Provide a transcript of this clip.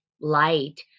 light